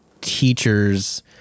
teachers